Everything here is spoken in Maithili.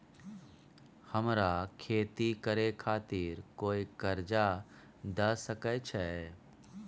हमरा खेती करे खातिर कोय कर्जा द सकय छै?